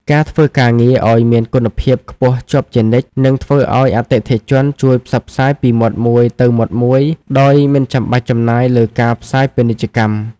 ការធ្វើការងារឱ្យមានគុណភាពខ្ពស់ជាប់ជានិច្ច នឹងធ្វើឱ្យអតិថិជនជួយផ្សព្វផ្សាយពីមាត់មួយទៅមាត់មួយដោយមិនបាច់ចំណាយលើការផ្សាយពាណិជ្ជកម្ម។